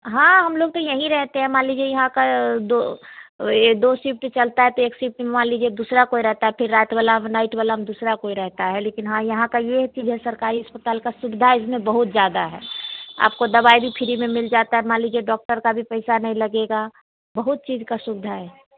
हाँ हम लोग तो यही न रहते हैं मान लीजिए यहाँ का दो ये दो सिफ्ट चलता है तो एक शिफ्ट मान लीजिए दूसरा कोई रहता है फिर रात वाला में नाइट वाला में दूसरा कोई रहता है लेकिन हाँ यहाँ का ये चीज है कि सरकारी अस्पताल का सुविधा इसमें बहुत ज़्यादा है आपको दवाई भी फ्री में मिल जाता है मान लीजिए डाक्टर का भी पैसा नहीं लगेगा बहुत चीज का सुविधा है